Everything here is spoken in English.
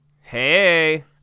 Hey